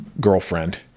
girlfriend